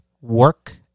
work